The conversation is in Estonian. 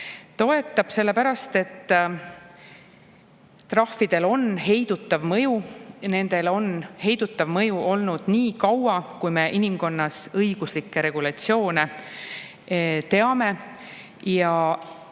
Toetab sellepärast, et trahvidel on heidutav mõju. Nendel on heidutav mõju olnud nii kaua, kui inimkond õiguslikke regulatsioone teab.